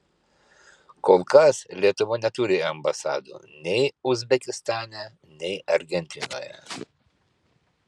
kol kas lietuva neturi ambasadų nei uzbekistane nei argentinoje